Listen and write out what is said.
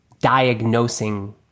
diagnosing